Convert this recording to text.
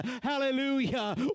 hallelujah